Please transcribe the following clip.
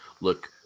look